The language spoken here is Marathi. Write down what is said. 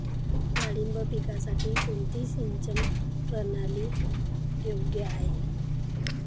डाळिंब पिकासाठी कोणती सिंचन प्रणाली योग्य आहे?